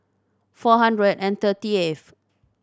four hundred and thirty eighth